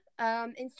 instagram